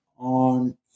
on